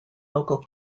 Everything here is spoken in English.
local